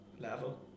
level